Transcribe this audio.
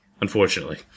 unfortunately